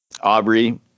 Aubrey